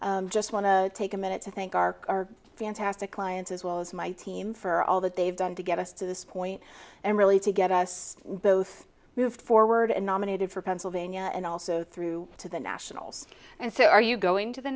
just want to take a minute to thank our fantastic clients as well as my team for all that they've done to get us to this point and really to get us both moved forward and nominated for pennsylvania and also through to the nationals and so are you going to the